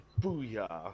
booyah